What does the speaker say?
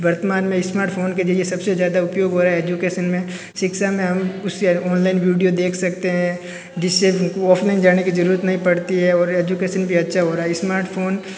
वर्तमान में स्मार्टफ़ोन के जरिये सबसे ज़्यादा उपयोग हो रहा है एजुकेशन में शिक्षा में हम उसी ऑनलाइन वीडियो देख सकते हैं जिससे जाने की जरूरत नहीं पड़ती है और एजुकेशन भी अच्छा हो रहा है स्मार्टफ़ोन